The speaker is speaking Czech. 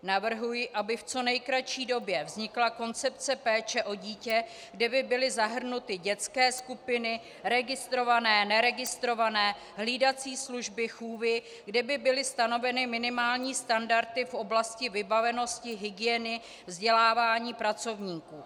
Navrhuji, aby v co nejkratší době vznikla koncepce péče o dítě, kde by byly zahrnuty dětské skupiny, registrované, neregistrované, hlídací služby, chůvy, kde by byly stanoveny minimální standardy v oblasti vybavenosti, hygieny, vzdělávání pracovníků.